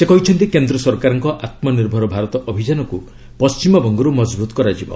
ସେ କହିଛନ୍ତି କେନ୍ଦ୍ର ସରକାରଙ୍କ ଆତ୍ମନିର୍ଭର ଭାରତ ଅଭିଯାନକୁ ପଣ୍ଟିମବଙ୍ଗରୁ ମଜବୁତ କରାଯିବ